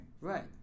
right